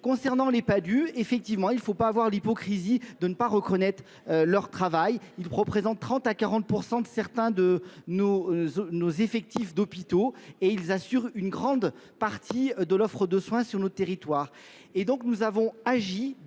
Concernant les PADU, effectivement, il ne faut pas avoir l'hypocrisie de ne pas reconnaître leur travail. Ils représentent 30 à 40% de certains de nos effectifs d'hôpitaux et ils assurent une grande partie de l'offre de soins sur notre territoire.